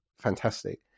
fantastic